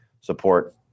support